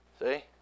See